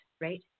right